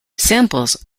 samples